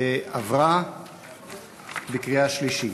אנחנו עוברים להצבעה בקריאה שלישית.